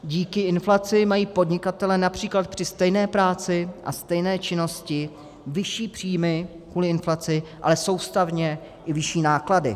Díky inflaci mají podnikatelé například při stejné práci a stejné činnosti vyšší příjmy kvůli inflaci, ale soustavně i vyšší náklady.